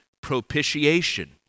propitiation